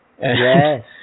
Yes